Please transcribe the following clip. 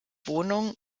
wohnungen